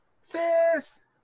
sis